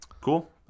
cool